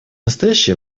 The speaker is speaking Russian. настоящее